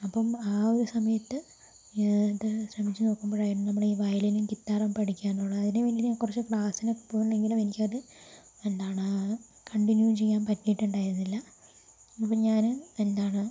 അപ്പം ആ ഒരു സമയത്ത് ഞാൻ എന്നിട്ട് ശ്രമിച്ച് നോക്കുമ്പോഴായിരുന്നു നമ്മുടെ വയലിനും ഗിത്താറും പഠിക്കാനുള്ള അതിന് മുൻപേ കുറച്ച് ക്ലാസ്സിനൊക്കെ പോകുന്നെങ്കിലും എനിക്കത് എന്താണ് കണ്ടിന്യൂ ചെയ്യാൻ പറ്റിയിട്ടുണ്ടായിരുന്നില്ല അപ്പം ഞാൻ എന്താണ്